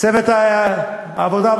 צוות ועדת העבודה,